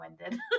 winded